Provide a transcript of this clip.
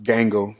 Gango